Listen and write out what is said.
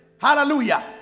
Hallelujah